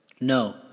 No